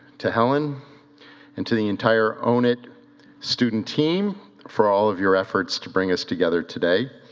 to helen and to the entire own it student team for all of your efforts to bring us together today.